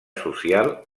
social